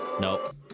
Nope